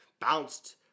bounced